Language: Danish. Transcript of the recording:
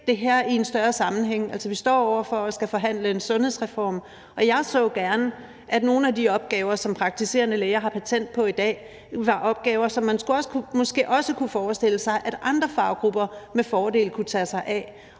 se det her i en større sammenhæng. Altså, vi står over for at skulle forhandle en sundhedsreform, og jeg så gerne, at nogle af de opgaver, som praktiserende læger har patent på i dag, ville være opgaver, som man måske også kunne forestille sig, at andre faggrupper med fordel kunne tage sig af.